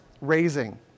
raising